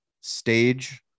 stage